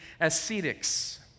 ascetics